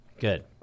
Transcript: Good